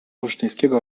olsztyńskiego